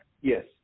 Yes